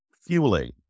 fueling